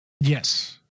Yes